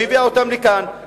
שהביאה אותם לכאן,